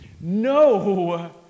No